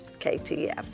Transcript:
KTF